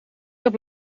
heb